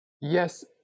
yes